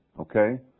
Okay